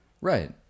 Right